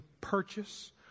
purchase